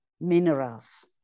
minerals